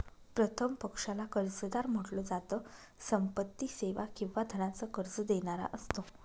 प्रथम पक्षाला कर्जदार म्हंटल जात, संपत्ती, सेवा किंवा धनाच कर्ज देणारा असतो